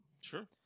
Sure